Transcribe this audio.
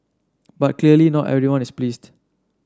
but clearly not everyone is pleased